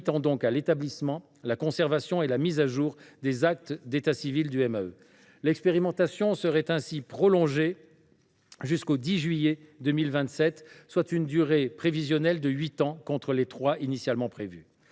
limitée à l’établissement, à la conservation et à la mise à jour des actes d’état civil du MEAE. L’expérimentation serait ainsi prolongée jusqu’au 10 juillet 2027 pour atteindre une durée prévisionnelle de huit ans, contre trois initialement prévus.